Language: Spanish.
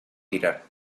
tirar